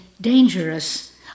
dangerous